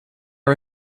are